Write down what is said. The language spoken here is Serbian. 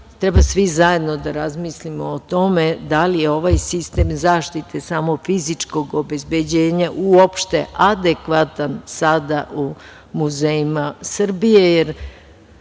Treba svi zajedno da razmislimo o tome da li je ovaj sistem zaštite samo fizičkog obezbeđenja uopšte adekvatan sada u muzejima Srbije,